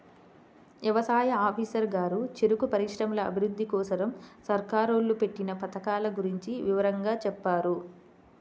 యవసాయ ఆఫీసరు గారు చెరుకు పరిశ్రమల అభిరుద్ధి కోసరం సర్కారోళ్ళు పెట్టిన పథకాల గురించి వివరంగా చెప్పారు